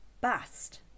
Bast